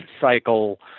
cycle